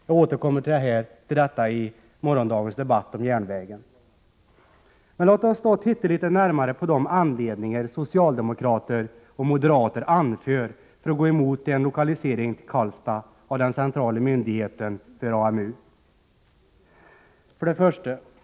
Jag återkommer till detta i morgondagens debatt om järnvägen. Låt oss då titta litet närmare på de skäl socialdemokrater och moderater anför för att gå emot en lokalisering till Karlstad av den centrala myndigheten för AMU. 1.